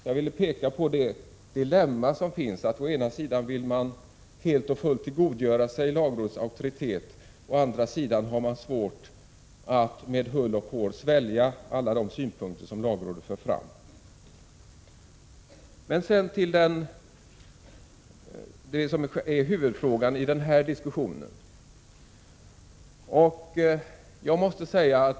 Jag ville peka på det dilemma som finns då det gäller att man å ena sidan helt och fullt vill tillgodogöra sig lagrådets auktoritet och att man å andra sidan har svårt att med hull och hår svälja de synpunkter som lagrådet för fram. Därefter vill jag övergå till det som är huvudfrågan i denna diskussion.